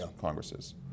Congresses